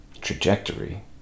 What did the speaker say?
trajectory